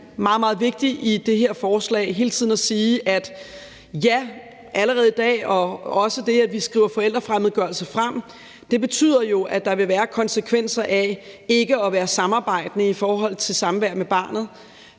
meget meget vigtig i det her forslag, altså hele tiden at sige, at ja, allerede i dag, og også det, at vi skriver forældrefremmedgørelse frem, betyder, at der vil være konsekvenser af ikke at være samarbejdende i forhold til samvær med barnet.